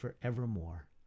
forevermore